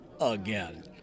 again